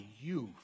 youth